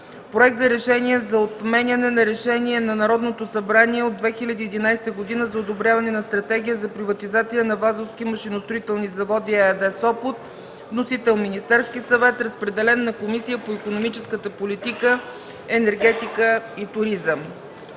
Проект за решение за отменяне на Решение на Народното събрание от 2011 г. за одобряване на Стратегия за приватизация на „Вазовски машиностроителни заводи” ЕАД – Сопот. Вносител – Министерският съвет. Разпределен е на Комисията по икономическата политика, енергетика и туризъм.